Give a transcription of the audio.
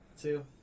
two